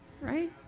right